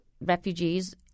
refugees